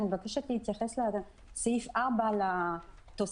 אני מבקשת להתייחס לסעיף 4 לתוספת,